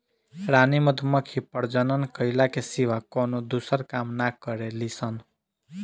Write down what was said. रानी मधुमक्खी प्रजनन कईला के सिवा कवनो दूसर काम ना करेली सन